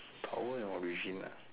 power and origin ah